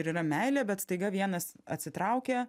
ir yra meilė bet staiga vienas atsitraukia